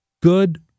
good